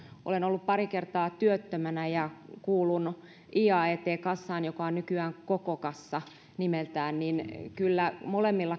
olen ollut pari kertaa työttömänä ja kuulun iaet kassaan joka on nykyään koko kassa nimeltään niin kyllä molemmilla